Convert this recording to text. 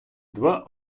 два